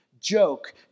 joke